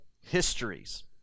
histories